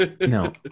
No